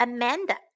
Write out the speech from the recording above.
Amanda